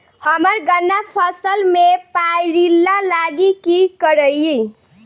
हम्मर गन्ना फसल मे पायरिल्ला लागि की करियै?